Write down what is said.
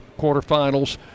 quarterfinals